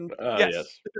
Yes